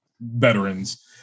veterans